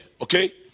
Okay